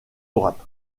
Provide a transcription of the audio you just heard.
droite